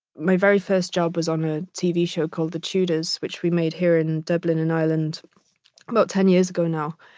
my very first job was on a tv show called the tudors, which we made here in dublin and ireland about ten years ago now.